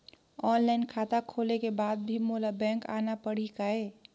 Online खाता खोले के बाद भी मोला बैंक आना पड़ही काय?